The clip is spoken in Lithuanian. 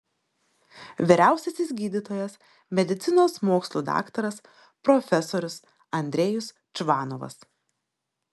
vyriausiasis gydytojas medicinos mokslų daktaras profesorius andrejus čvanovas